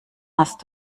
hast